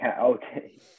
Okay